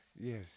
yes